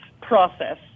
process